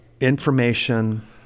information